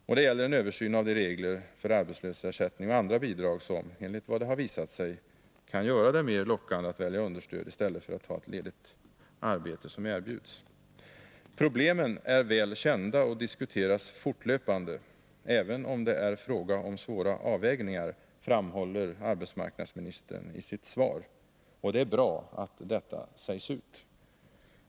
Och det gäller en översyn av de regler för arbetslöshetsersättning och andra bidrag som, enligt vad det har visat sig, kan göra det mer lockande att välja understöd i stället för att ta ett ledigt arbete som erbjuds. Problemen är väl kända och diskuteras fortlöpande — även om det är fråga om svåra avvägningar, framhåller arbetsmarknadsministern i sitt svar. Det är bra att detta sägs ut.